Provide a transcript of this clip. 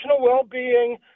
well-being